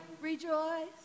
Rejoice